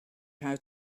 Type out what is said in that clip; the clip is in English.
how